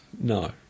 No